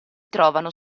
trovano